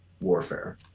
warfare